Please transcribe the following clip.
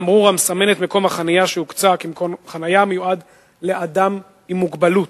תמרור המסמן את מקום החנייה שהוקצה כמקום חנייה המיועד לאדם עם מוגבלות.